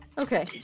Okay